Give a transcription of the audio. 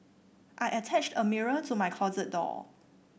I attached a mirror to my closet door